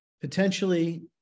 potentially